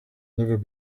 never